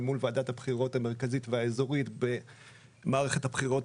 מול ועדת הבחירות המרכזית והאזורית במערכת הבחירות